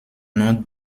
nom